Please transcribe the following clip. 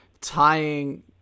tying